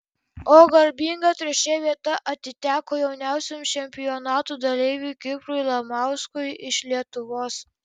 o garbinga trečia vieta atiteko jauniausiam čempionato dalyviui kiprui lamauskui iš lietuvos